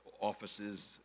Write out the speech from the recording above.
offices